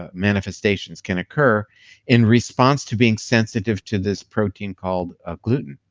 ah manifestations, can occur in response to being sensitive to this protein called ah gluten.